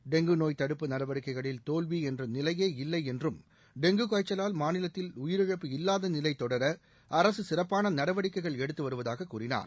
dengue நோய் தடுப்பு நடவடிக்கைகளில் தோல்வி என்ற நிலையே இல்லை என்றும் டெங்கு காய்ச்சலால் மாநிலத்தில் உயிரிழப்பு இல்லாத நிலை தொடர அரசு சிறப்பான நடவடிக்கைகள் எடுத்து வருவதாக கூறினார்